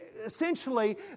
essentially